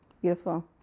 Beautiful